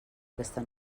aquesta